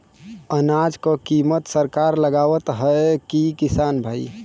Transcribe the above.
अनाज क कीमत सरकार लगावत हैं कि किसान भाई?